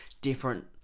different